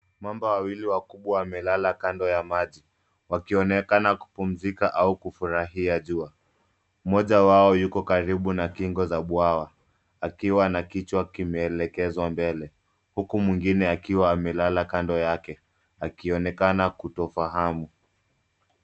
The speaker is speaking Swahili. Mamba wawili wakubwa wamelala kando ya maji. Wakionekana kupumzika au kufurahia jua. Mmoja wao yuko karibu na kingo za bwawa, akiwa na kichwa kimeelekezwa mbele, huku mwingine akiwa amelala kando yake, akionekana kutofahamu.